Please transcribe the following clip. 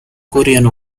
korean